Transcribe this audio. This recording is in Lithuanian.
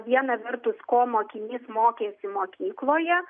viena vertus ko mokinys mokėsi mokykloje